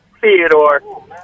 Theodore